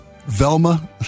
Velma